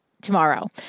tomorrow